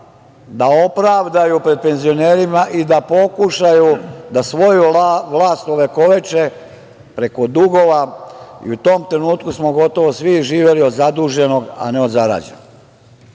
da opravdaju pred penzionerima i da pokušaju da svoju vlast ovekoveče preko dugova i u tom trenutku smo gotovo svi živeli od zaduženog, a ne od zarađenog. Stvar